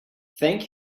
thank